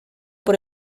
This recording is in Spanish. por